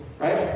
Right